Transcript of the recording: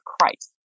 Christ